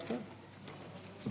רשימת הדוברים לא מעודכנת על המסך.